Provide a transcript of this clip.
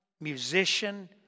musician